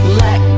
let